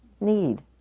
need